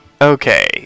Okay